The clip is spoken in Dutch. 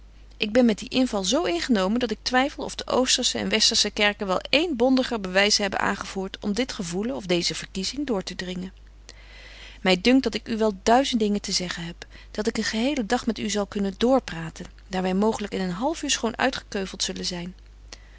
ik ben met dien inval zo ingenomen dat ik twyffel of de oostersche en westersche kerken wel één bondiger bewys hebben aangevoert om dit gevoelen of deeze verkiezing door te dringen my dunkt dat ik u wel duizend dingen te zeggen heb dat ik een gehelen dag met u zal kunnen doorpraten daar wy mooglyk in een betje wolff en aagje deken historie van mejuffrouw sara burgerhart half uur schoon uitgekeuvelt zullen zyn